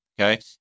Okay